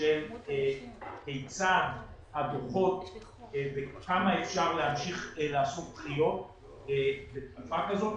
שהם כיצד הדוחות וכמה אפשר להמשיך לעשות דחיות בתקופה כזאת.